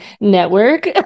network